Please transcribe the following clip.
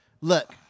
Look